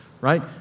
right